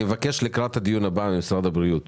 אני מבקש ממשרד הבריאות לקראת הדיון הבא